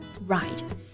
Right